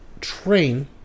train